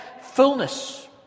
fullness